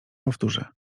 powtórzę